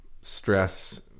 stress